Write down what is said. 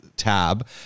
tab